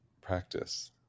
practice